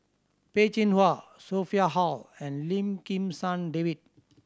Peh Chin Hua Sophia Hull and Lim Kim San David